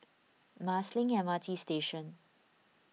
Marsiling M R T Station